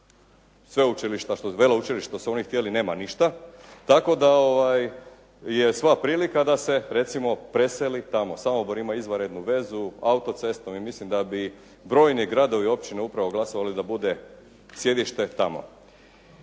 se od veleučilišta što su oni htjeli nema ništa, tako da je sva prilika da se recimo preseli tamo. Samobor ima izvanrednu vezu autocestom i mislim da bi brojni gradovi i općine upravo glasovali da bude sjedište tamo.